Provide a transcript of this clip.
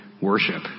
worship